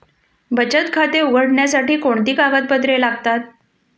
बचत खाते उघडण्यासाठी कोणती कागदपत्रे लागतात?